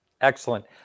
Excellent